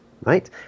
right